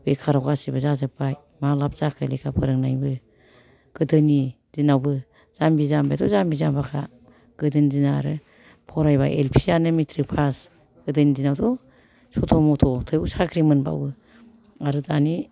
बेखारआव गासिबो जाजोबबाय मा लाब जाखो लेखा फोरोंनायनिबो गोदोनि दिनआवबो जाम्बि जाम्बायाथ' जाम्बि जाम्बाखा गोदोनि दिनआ आरो फरायबा एलफिआनो मेट्रिक पास गोदोनि दिनआवथ' सथ' मथ' थेवबो साख्रि मोनबावो आरो दानि